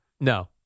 No